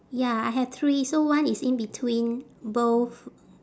ya I have three so one is in between both